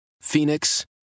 Phoenix